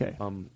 Okay